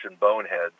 boneheads